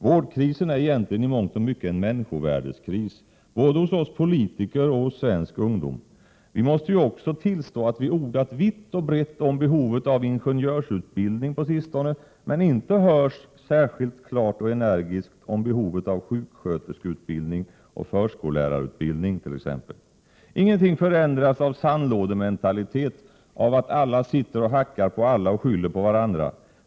Vårdkrisen är egentligen i mångt och mycket en människovärdeskris både hos oss politiker och hos svensk ungdom. Vi måste ju också tillstå att vi på sistone ordat vitt och brett om behovet av ingenjörsutbildning men inte hörts särskilt klart och energiskt om behovet av sjuksköterskeutbildning och förskollärarutbildning t.ex. Ingenting förändras av sandlådementalitet, av att alla sitter och hackar på alla och skyller på varandra.